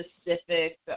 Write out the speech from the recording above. specific